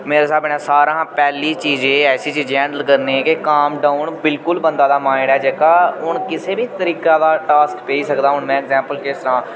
मेरे स्हाबे नै सारें हा पैह्ली चीज एह् ऐ ऐसी चीजें हैंडल करने के काम डाउन बिल्कुल बंदे दा माइंड ऐ जेह्का हून किसै बी तरीके दा टास्क पेई सकदा हून में ऐक्जैंपल केह् सनां